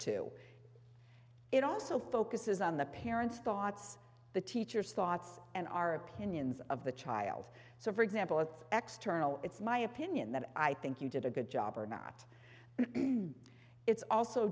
to it also focuses on the parents thoughts the teacher's thoughts and our opinions of the child so for example if x terminal it's my opinion that i think you did a good job or not it's also